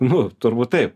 nu turbūt taip